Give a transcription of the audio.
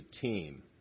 team